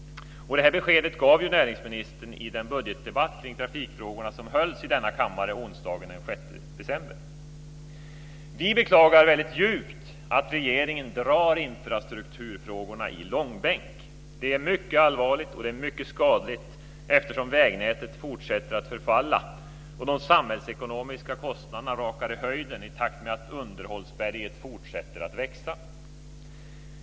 Detta besked gav näringsministern i den budgetdebatt kring trafikfrågorna som hölls i denna kammare onsdagen den 6 december. Vi beklagar väldigt djupt att regeringen drar infrastrukturfrågorna i långbänk. Det är mycket allvarligt. Det är också mycket skadligt, eftersom vägnätet fortsätter att förfalla och de samhällsekonomiska kostnaderna rakar i höjden i takt med att underhållsberget fortsätter att växa.